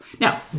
Now